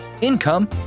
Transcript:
income